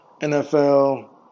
NFL